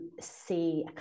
see